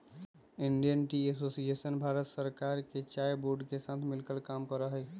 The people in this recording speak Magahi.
इंडियन टी एसोसिएशन भारत सरकार के चाय बोर्ड के साथ मिलकर काम करा हई